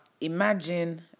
imagine